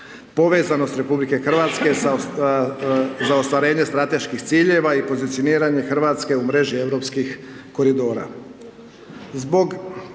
povezanost RH za ostvarenje strateških ciljeva i pozicioniranje Hrvatske u mreži europskih koridora.